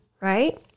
Right